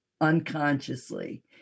unconsciously